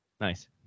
Nice